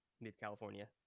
mid-California